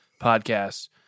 podcasts